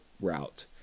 route